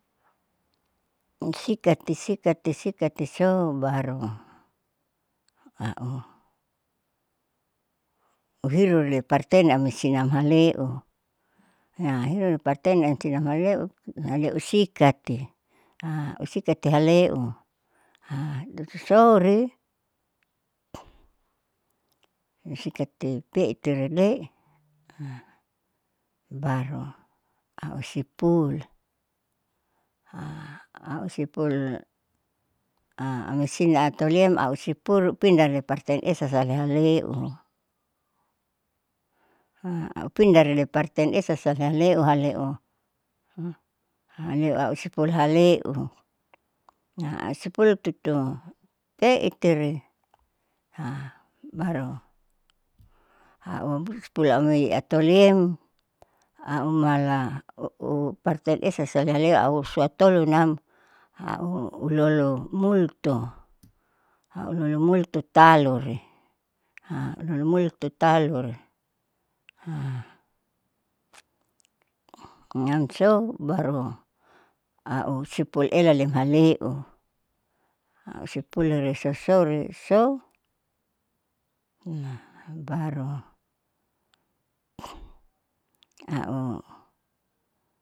Usikati sikati sikati sou baru au uhiru loiparten amoi sinam haleu hiru loi parten am sinam haleu haleu sikati usikati haleu lutu souri ni sikati peiti rile'e baru au ispul au ispul a amoi sina atau leam ispul pindah loi panten esa sale haleu au pindah riloi parten esa sale haleu haleu haleu au ispul haleu au ispul haleu nah au ispul tutu eitire baru au spul amoi atoleam au mala u parten esa sale haleu au suatolunam au hulolu molto auholu molto taluri halu molto taluri miamsou baru au ispul helale haelu auispul hesasori sou baru au.